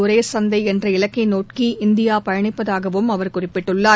ஒரே சந்தை என்ற இலக்கைநோக்கி இந்தியா பயனிப்பதாகவும் அவர் குறிப்பிட்டுள்ளார்